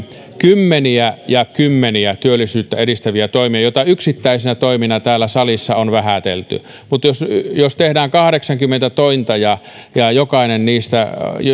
kymmeniä ja kymmeniä työllisyyttä edistäviä toimia joita yksittäisinä toimina täällä salissa on vähätelty mutta jos jos tehdään kahdeksankymmentä tointa ja ja